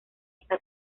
esta